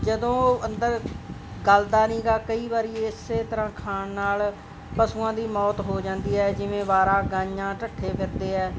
ਜਦੋਂ ਉਹ ਅੰਦਰ ਗੱਲਦਾ ਨੀਗਾ ਕਈ ਵਾਰੀ ਇਸੇ ਤਰ੍ਹਾਂ ਖਾਣ ਨਾਲ ਪਸ਼ੂਆਂ ਦੀ ਮੌਤ ਹੋ ਜਾਂਦੀ ਹੈ ਜਿਵੇਂ ਅਵਾਰਾ ਗਾਈਆਂ ਢੱਠੇ ਫਿਰਦੇ ਹੈ